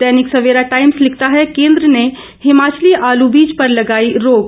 दैनिक Savera Times लिखता है केंद्र ने हिमाचली आलू बीज पर लगाई रोक